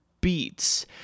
Beats